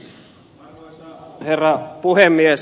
arvoisa herra puhemies